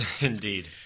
indeed